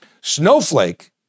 Snowflake